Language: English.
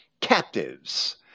captives